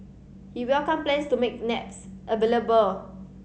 he welcomed plans to make naps available